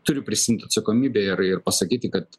turiu prisiimt atsakomybę ir ir pasakyti kad